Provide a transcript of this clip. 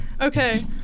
Okay